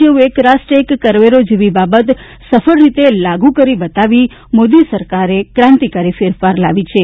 જેવું એક રાષ્ટ્ર એક કરવેરો જેવી બાબત સફળ રીતે લાગુ કરી બતાવી મોદી સરકાર ક્રાંતિકારી ફેરફાર લાવી છે